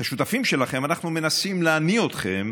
כשותפים שלכם, אנחנו מנסים להניא אתכם